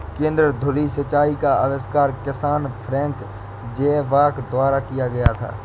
केंद्र धुरी सिंचाई का आविष्कार किसान फ्रैंक ज़ायबैक द्वारा किया गया था